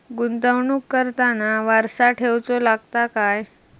गुंतवणूक करताना वारसा ठेवचो लागता काय?